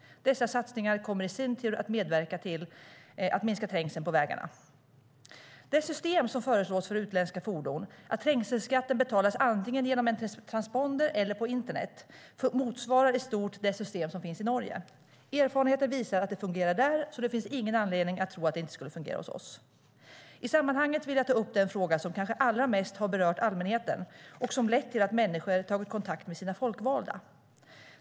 Dessa satsningar kommer i sin tur att medverka till att minska trängseln på vägarna. Det system som föreslås för utländska fordon, att trängselskatten betalas antingen genom en transponder eller på internet, motsvarar i stort det system som finns i Norge. Erfarenheter visar att det fungerar där, och det finns ingen anledning att tro att det inte skulle fungera hos oss. I sammanhanget vill jag ta upp den fråga som kanske allra mest har berört allmänheten och som lett till att människor tagit kontakt med sina folkvalda.